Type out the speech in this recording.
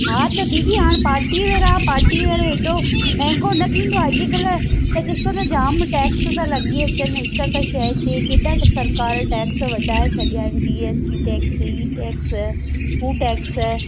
हा त दीदी हाणे पार्टी वियर आहे पार्टी वियर ए महांगो न थींदो अॼुकल्ह त ॾिसो त जाम टैक्स था लॻी वञनि हिकु हिकु शइ ते कहिड़ा सरकार टैक्स वधाए छॾिया आहिनि जी एस टी टैक्स ई टैक्स हूं टैक्स